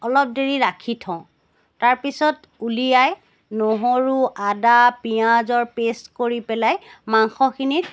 অলপ দেৰি ৰাখি থওঁ তাৰপিছত উলিয়াই নহৰু আদা পিঁয়াজৰ পে'ষ্ট কৰি পেলাই মাংসখিনিত